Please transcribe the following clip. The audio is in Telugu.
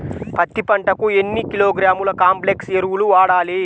పత్తి పంటకు ఎన్ని కిలోగ్రాముల కాంప్లెక్స్ ఎరువులు వాడాలి?